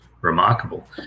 remarkable